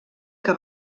que